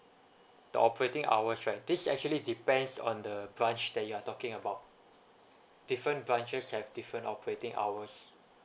the operating hours right this actually depends on the branch that you are talking about different branches have different operating hours